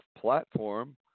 platform